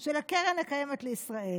של הקרן הקיימת לישראל.